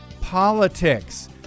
politics